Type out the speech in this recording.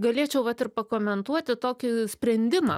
galėčiau vat ir pakomentuoti tokį sprendimą